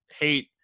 hate